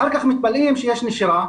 אחר כך מתפלאים שיש נשירה.